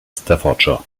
staffordshire